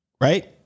right